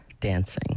dancing